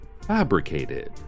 fabricated